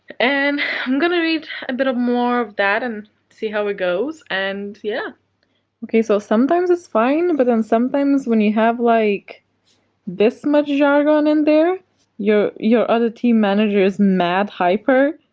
and i'm gonna read a bit of more of that and see how it goes, and yeah okay, so sometimes it's fine, but then sometimes when you have like this much jargon in there your your other team manager is mad hyper.